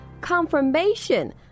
confirmation